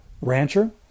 rancher